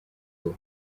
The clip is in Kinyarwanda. ubu